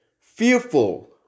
fearful